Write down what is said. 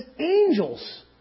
angels